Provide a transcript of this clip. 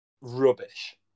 rubbish